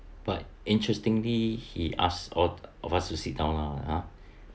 but interestingly he asked all of us to sit down lah !huh!